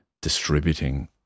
distributing